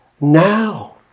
now